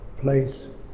place